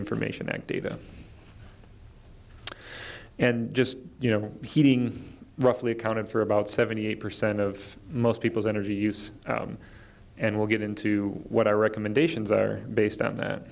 information and data and just you know heating roughly accounted for about seventy eight percent of most people's energy use and we'll get into what our recommendations are based on that